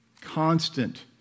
constant